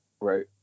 right